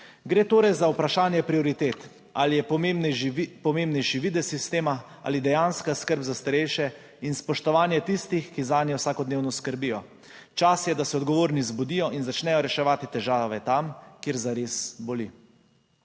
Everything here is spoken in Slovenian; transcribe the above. Gre torej za vprašanje prioritet, ali je pomembnejši videz sistema ali dejanska skrb za starejše in spoštovanje tistih, ki zanje vsakodnevno skrbijo. Čas je, da se odgovorni zbudijo in začnejo reševati težave tam, kjer zares boli.